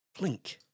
plink